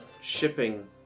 shipping